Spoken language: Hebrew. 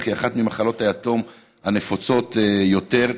אך היא אחת ממחלות היתום הנפוצות יותר.